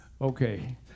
Okay